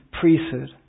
priesthood